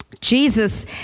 Jesus